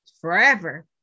forever